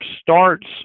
starts